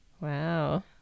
wow